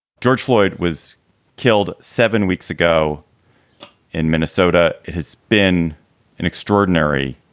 george lloyd was killed seven weeks ago in minnesota. it has been an extraordinary,